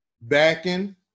backing